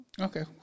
Okay